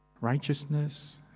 righteousness